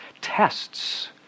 tests